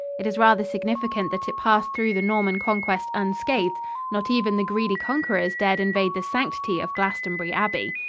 it is rather significant that it passed through the norman conquest unscathed not even the greedy conquerors dared invade the sanctity of glastonbury abbey.